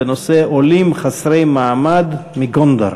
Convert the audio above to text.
בנושא: עולים חסרי מעמד מגונדר.